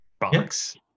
box